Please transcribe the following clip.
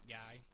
guy